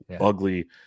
ugly